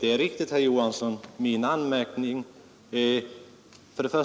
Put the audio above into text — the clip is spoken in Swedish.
Herr talman! Min anmärkning gällde